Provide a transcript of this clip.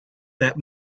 that